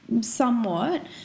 somewhat